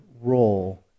role